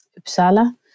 Uppsala